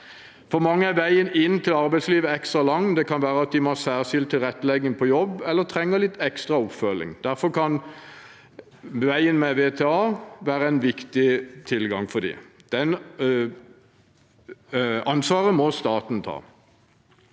For mange er veien inn til arbeidslivet ekstra lang. Det kan være at de må ha særskilt tilrettelegging på jobb eller trenger litt ekstra oppfølging. Derfor kan veien med VTA være viktig for deres tilgang til arbeid. Det ansvaret må staten ta.